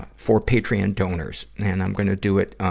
for patreon donors. and i'm gonna do it, ah,